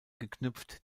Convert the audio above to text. geknüpft